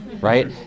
right